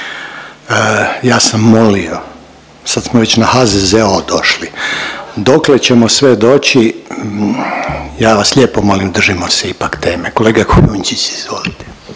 Ja sam molio, sad smo već na HZZO došli. Dokle ćemo sve doći ja vas lijepo molim držimo se ipak teme. Kolega Kujundžić, izvolite.